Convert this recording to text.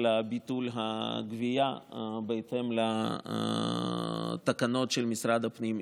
לביטול הגבייה בהתאם לתקנות של משרד הפנים.